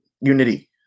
unity